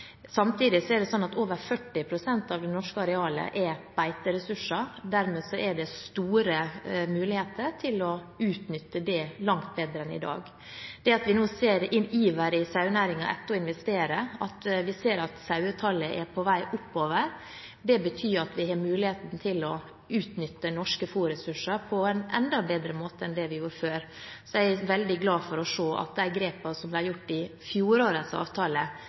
er over 40 pst. av det norske arealet beiteressurser. Dermed er det store muligheter til å utnytte dette langt bedre enn i dag. Det at vi nå ser en iver etter å investere i sauenæringen, at vi ser at sauetallet er på vei oppover, betyr at vi har mulighet til å utnytte norske fôrressurser på en enda bedre måte enn det vi gjorde før. Så jeg er veldig glad for å se at de grepene som ble gjort i fjorårets avtale,